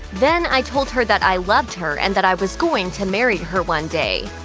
then i told her that i loved her and that i was going to marry her one day.